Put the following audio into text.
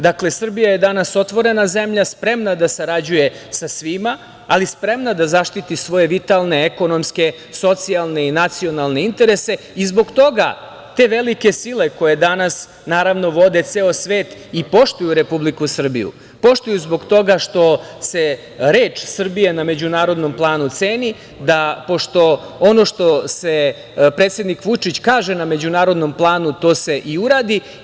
Dakle, Srbija je danas otvorena zemlja, spremna da sarađuje sa svima, ali spremna da zaštiti svoje vitalne ekonomske, socijalne i nacionalne interese i zbog toga te velike sile koje danas vode ceo svet i poštuju Republiku Srbiju, poštuju zbog toga što se reč Srbija na međunarodnom planu ceni, pošto se ono što predsednik Vučić kaže na međunarodnom planu to i uradi.